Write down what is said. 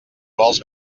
vols